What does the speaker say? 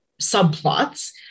subplots